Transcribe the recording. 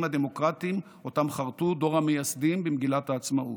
הדמוקרטיים שאותם חרטו דור המייסדים במגילת העצמאות,